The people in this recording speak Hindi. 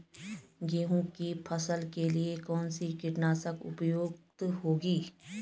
गेहूँ की फसल के लिए कौन सी कीटनाशक दवा उपयुक्त होगी?